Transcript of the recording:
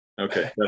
Okay